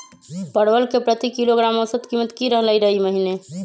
परवल के प्रति किलोग्राम औसत कीमत की रहलई र ई महीने?